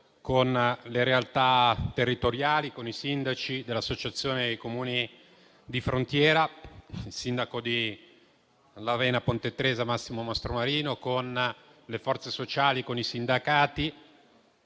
con le realtà territoriali, con i sindaci dell'Associazione dei Comuni italiani di frontiera (ACIF), con il sindaco di Lavena Ponte Tresa, Massimo Mastromarino, con le forze sociali e con i sindacati.